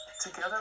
together